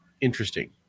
interesting